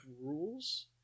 rules